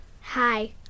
Hi